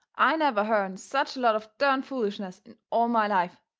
i never hearn such a lot of dern foolishness in all my life.